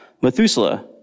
Methuselah